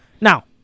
Now